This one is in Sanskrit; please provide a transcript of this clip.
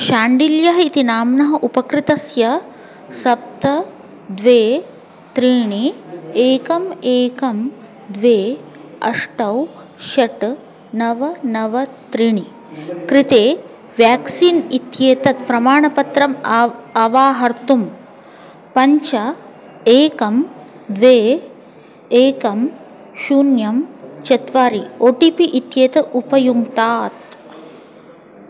शाण्डिल्यः इति नाम्नः उपकृतस्य सप्त द्वे त्रीणि एकम् एकं द्वे अष्ट षट् नव नव त्रीणि कृते व्याक्सीन् इत्येतत् प्रमाणपत्रम् आव् अवाहर्तुं पञ्च एकं द्वे एकं शून्यं चत्वारि ओ टि पि इत्येतत् उपयुङ्क्तात्